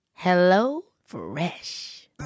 HelloFresh